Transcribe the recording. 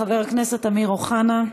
חבר הכנסת אמיר אוחנה,